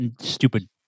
stupid